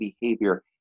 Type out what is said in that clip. behavior